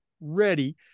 Ready